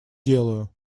делаю